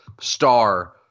star